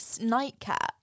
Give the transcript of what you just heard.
nightcap